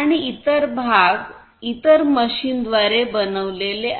आणि इतर भाग इतर मशीनद्वारे बनविलेले आहेत